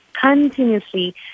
continuously